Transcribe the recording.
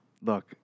look